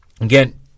again